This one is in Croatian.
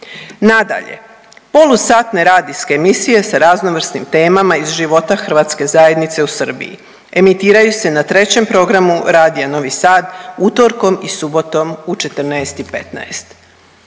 Nadalje, polusatne radijske emisije sa raznovrsnim temama iz života hrvatske zajednice u Srbiji emitiraju se na 3. programu Radija Novi Sad utorkom i subotom u 14,15.